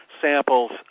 samples